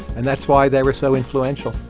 and that's why they were so influential.